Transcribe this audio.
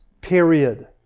Period